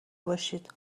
باشید